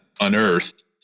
unearthed